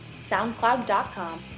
SoundCloud.com